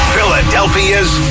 Philadelphia's